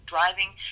driving